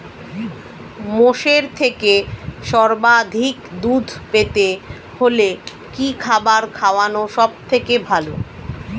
মোষের থেকে সর্বাধিক দুধ পেতে হলে কি খাবার খাওয়ানো সবথেকে ভালো?